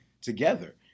together